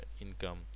income